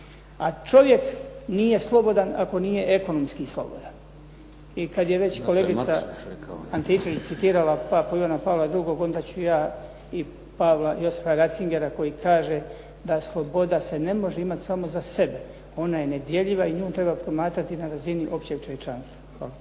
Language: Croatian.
A čovjek nije slobodan ako nije ekonomski slobodan. I kad je već kolegica Antičević citirala papu Ivana Pavla II. onda ću i ja Pavla Josipa Ratzingera koji kaže da sloboda se ne može imat samo za sebe, ona je nedjeljiva i nju treba promatrati na razini općeg čovječanstva. Hvala.